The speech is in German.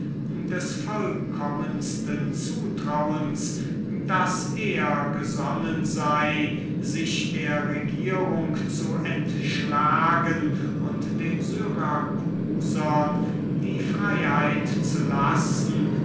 daß er gesonnen sei sich der regierung zu entschlagen und den syracusanern die freiheit zu lassen